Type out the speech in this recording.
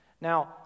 Now